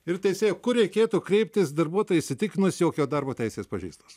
ir teisėja kur reikėtų kreiptis darbuotojui įsitikinus jog jo darbo teisės pažeistos